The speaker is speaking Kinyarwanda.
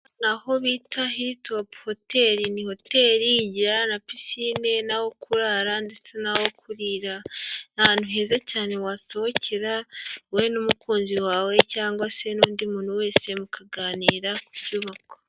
Ni aho bita hilltop hoteri, ni hoteri igira na pisine n'aho kurara ndetse n'aho kurira, ni ahantu heza cyane wasohokera wowe n'umukunzi wawe cyangwa se n'undi muntu wese mukaganira ku byubaka.